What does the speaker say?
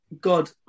God